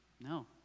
No